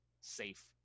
safe